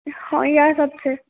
हँ इएहसभ छै